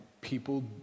people